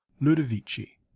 Ludovici